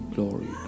Glory